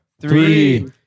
three